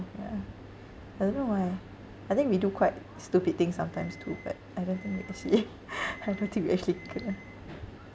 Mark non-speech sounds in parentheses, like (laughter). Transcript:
yeah I don't know why I think we do quite stupid things sometimes too but I don't think we actually (laughs) I don't think we actually kena